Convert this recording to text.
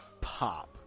pop